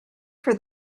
for